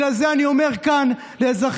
אם נסכים איתך,